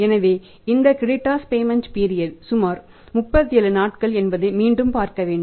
எனவே இந்த creditors payment period சுமார் 37 நாட்கள் என்பதை மீண்டும் பார்க்க வேண்டும்